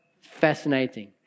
Fascinating